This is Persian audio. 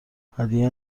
هدیه